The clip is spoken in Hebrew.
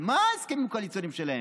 על מה ההסכמים הקואליציוניים שלהם?